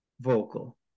vocal